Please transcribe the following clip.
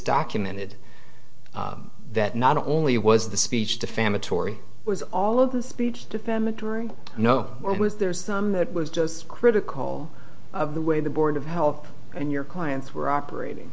documented that not only was the speech defamatory was all of the speech defamatory no there's them that was just critical of the way the board of health and your clients were operating